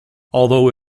although